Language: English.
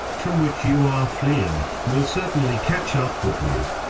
from which you are fleeing, will certainly catch up with you.